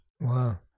Wow